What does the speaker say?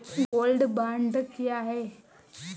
Gold bond क्या है?